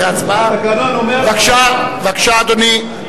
חבר הכנסת מג'אדלה, אל תצטער.